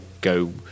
go